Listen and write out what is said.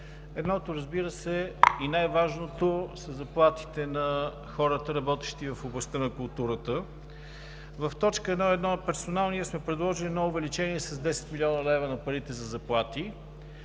едното, разбира се, и най-важното са заплатите на хората, работещи в областта на културата. В т. 1.1. „Персонал“ ние сме предложили увеличение с 10 млн. лв. на парите за заплати.